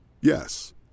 Yes